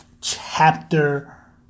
chapter